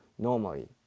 normally